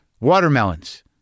watermelons